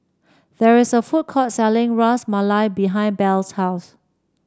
there is a food court selling Ras Malai behind Belle's house